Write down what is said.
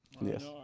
Yes